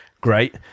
great